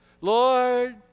Lord